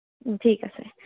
ঠিক আছে